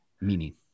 meaning